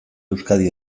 euskadi